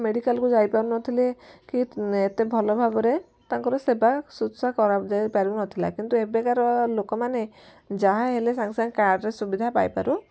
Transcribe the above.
ମେଡ଼ିକାଲକୁ ଯାଇପାରୁ ନଥିଲେ କି ଏତେ ଭଲ ଭାବରେ ତାଙ୍କର ସେବା ଶୁଶ୍ରୁଷା କରାଯାଇ ପାରୁ ନଥିଲା କିନ୍ତୁ ଏବେକାର ଲୋକମାନେ ଯାହା ହେଲେ ସାଙ୍ଗେ ସାଙ୍ଗେ କାର୍ଡ଼ରେ ସୁବିଧା ପାଇ ପାରୁ